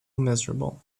miserable